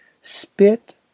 Spit